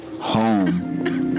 home